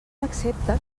accepta